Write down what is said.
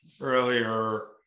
earlier